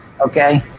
okay